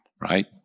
right